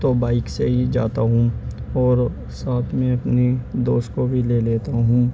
تو بائک سے ہی جاتا ہوں اور ساتھ میں اپنے دوست کو بھی لے لیتا ہوں